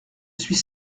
suis